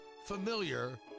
familiar